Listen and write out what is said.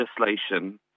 legislation